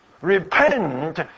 Repent